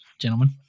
gentlemen